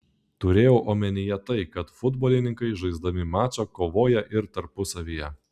turėjau omenyje tai kad futbolininkai žaisdami mačą kovoja ir tarpusavyje